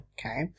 Okay